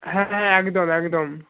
হ্যাঁ একদম একদম